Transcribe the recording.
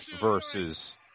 versus